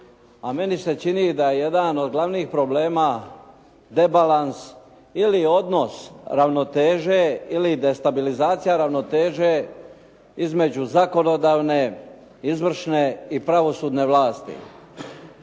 a meni se čini da je jedan od glavnih problema debalans ili odnos ravnoteže ili destabilizacija ravnoteže između zakonodavne, izvršne i pravosudne vlasti.